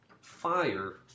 Fire